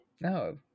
No